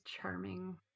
charming